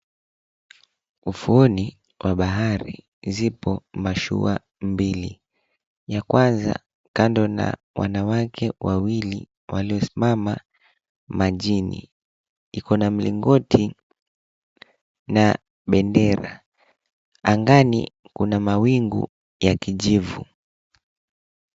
Ufuoni mwa bahari zipo mashua mbili. Ya kwanza kando na wanawake wawili waliosimama majini, iko na mlingoti na bendera. Angani kuna mawingu ya kijivu.